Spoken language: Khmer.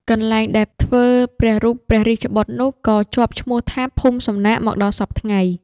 កន្លែងដែលធ្វើព្រះរូបព្រះរាជបុត្រនោះ ក៏ជាប់ឈ្មោះថា ភូមិសំណាក មកដល់សព្វថ្ងៃ ។